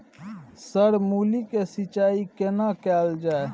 Sir मूली के सिंचाई केना कैल जाए?